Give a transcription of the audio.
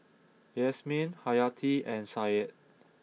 Yasmin Hayati and Said